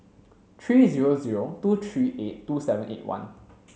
three zero zero two three eight two seven eight one